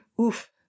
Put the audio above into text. oof